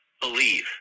believe